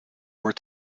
were